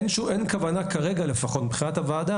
אין כוונה כרגע לפחות מבחינת הוועדה,